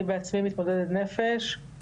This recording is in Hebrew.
אני בעצמי מתמודדות נפש,